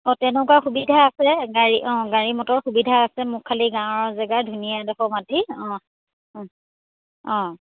অঁ তেনেকুৱা সুবিধা আছে গাড়ী অঁ গাড়ী মটৰ সুবিধা আছে মোক খালী গাঁৱৰ জেগাৰ ধুনীয়া এডোখৰ মাটি অঁ অঁ অঁ